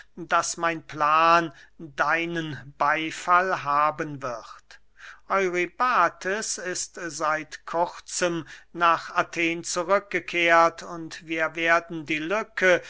daß mein plan deinen beyfall haben wird eurybates ist seit kurzem nach athen zurückgekehrt und wir werden die lücke